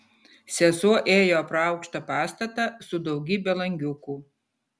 sesuo ėjo pro aukštą pastatą su daugybe langiukų